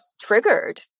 triggered